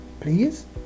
Please